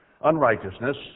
unrighteousness